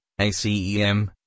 ACEM